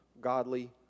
godly